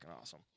awesome